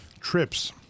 trips